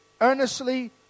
earnestly